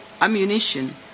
ammunition